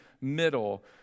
middle